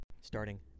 starting